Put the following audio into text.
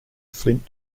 flint